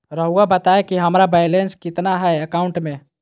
रहुआ बताएं कि हमारा बैलेंस कितना है अकाउंट में?